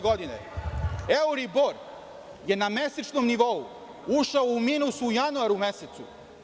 Godine 2015. euribor je, na mesečnom nivou, ušao u minus u januaru mesecu.